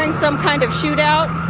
and some kind of shootout.